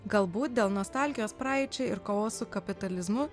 galbūt dėl nostalgijos praeičiai ir kovos su kapitalizmu